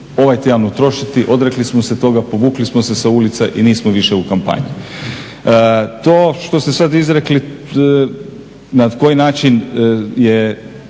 ovaj tjedan utrošiti, odrekli smo se toga, povukli smo se sa ulica i nismo više u kampanji. To što ste sada izrekli, na koji način je,